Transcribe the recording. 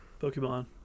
Pokemon